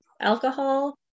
alcohol